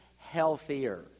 healthier